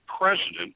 president